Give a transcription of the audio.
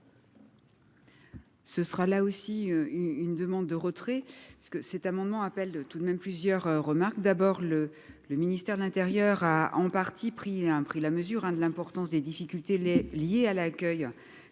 Ce sera là aussi une demande de retrait parce que cet amendement appel de tout de même plusieurs remarques : d'abord le le ministère de l'Intérieur a en partie pris un pris la mesure de l'importance des difficultés les liées à l'accueil